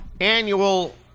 annual